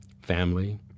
family